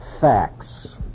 facts